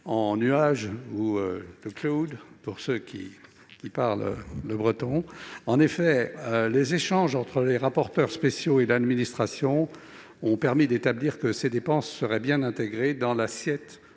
en nuage- ou, pour ceux qui parlent le breton. Les échanges entre les rapporteurs spéciaux et l'administration ont permis d'établir que ces dépenses seraient bien intégrées dans l'assiette